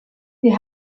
wir